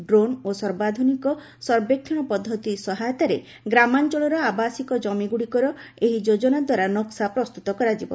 drone ଓ ସର୍ବାଧୁନିକ ସର୍ବେକ୍ଷଣ ପଦ୍ଧତି ସହାୟତାରେ ଗ୍ରାମାଞ୍ଚଳର ଆବାସିକ ଜମିଗୁଡ଼ିକର ଏହି ଯୋଜନାଦ୍ୱାରା ନକ୍ୱା ପ୍ରସ୍ତୁତ କରାଯିବ